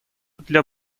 для